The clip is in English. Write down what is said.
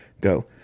go